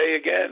again